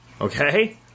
Okay